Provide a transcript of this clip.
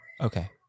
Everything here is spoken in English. Okay